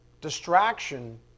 Distraction